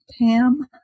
Pam